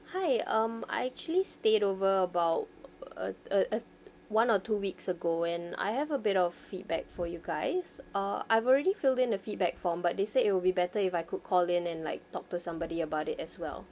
hi um I actually stayed over about uh uh one or two weeks ago and I have a bit of feedback for you guys uh I've already filled in a feedback form but they said it will be better if I could call in and like talk to somebody about it as well